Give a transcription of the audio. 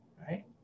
right